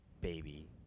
baby